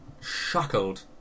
shackled